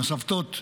הסבתות,